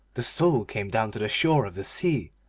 the soul came down to the shore of the sea,